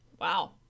Wow